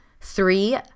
Three